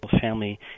family